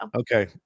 Okay